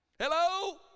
Hello